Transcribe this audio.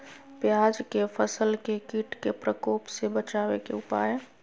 प्याज के फसल के कीट के प्रकोप से बचावे के उपाय?